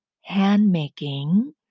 hand-making